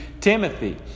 Timothy